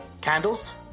Candles